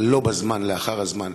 לא בזמן, לאחר הזמן.